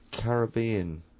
Caribbean